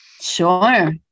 Sure